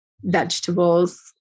vegetables